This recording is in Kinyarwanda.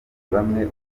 bamwe